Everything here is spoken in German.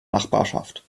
nachbarschaft